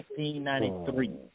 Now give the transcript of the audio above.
1993